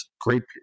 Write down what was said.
Great